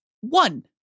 one